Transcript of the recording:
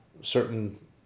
certain